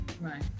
Right